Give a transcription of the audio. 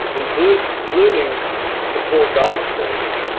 including including the four gospels,